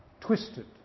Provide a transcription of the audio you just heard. twisted